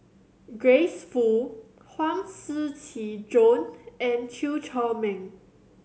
Grace Fu Huang Shiqi Joan and Chew Chor Meng